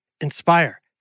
Inspire